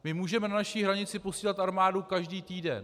My můžeme na naši hranici posílat armádu každý týden.